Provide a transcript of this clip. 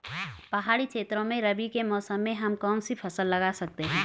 पहाड़ी क्षेत्रों में रबी के मौसम में हम कौन कौन सी फसल लगा सकते हैं?